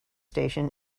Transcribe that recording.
station